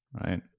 Right